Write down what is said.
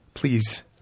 Please